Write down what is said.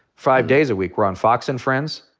five days a week, we're on fox and friends,